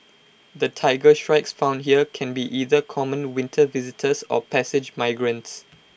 the Tiger Shrikes found here can be either common winter visitors or passage migrants